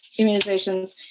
immunizations